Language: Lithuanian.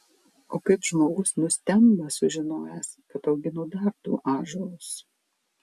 o kaip žmogus nustemba sužinojęs kad auginu dar du ąžuolus